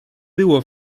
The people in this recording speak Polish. było